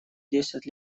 десять